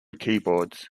keyboards